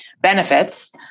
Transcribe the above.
benefits